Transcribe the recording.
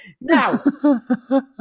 Now